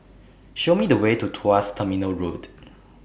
Show Me The Way to Tuas Terminal Road